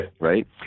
right